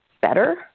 better